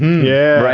yeah, right,